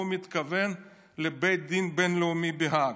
הוא מתכוון לבית הדין הבין-לאומי בהאג.